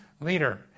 leader